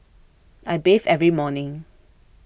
I bathe every morning